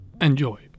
Enjoy